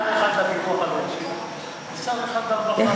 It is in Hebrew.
שר אחד לביטוח הלאומי ושר אחד לרווחה.